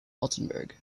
altenburg